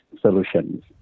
solutions